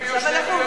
סרק.